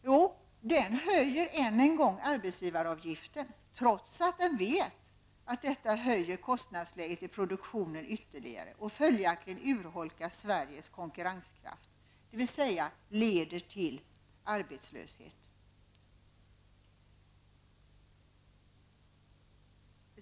Jo, regeringen höjer ännu en gång arbetsgivaravgiften, trots att regeringen vet att detta medför en ytterligare höjning av kostnadsläget i produktionen och att Sveriges konkurrenskraft följaktligen urholkas -- dvs. detta leder till arbetslöshet.